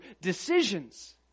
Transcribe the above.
decisions